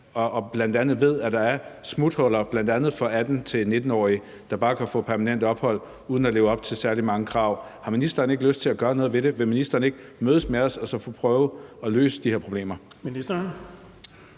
og ved, at der er smuthuller, bl.a. for 18-19-årige, der bare kan få permanent ophold uden at leve op til særlig mange krav, har ministeren så ikke lyst til at gøre noget ved det? Vil ministeren ikke mødes med os og prøve at løse de her problemer?